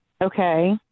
Okay